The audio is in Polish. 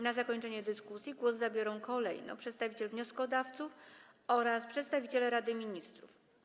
Na zakończenie dyskusji głos zabierają kolejno przedstawiciel wnioskodawców oraz przedstawiciel Rady Ministrów.